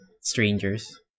strangers